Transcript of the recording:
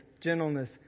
gentleness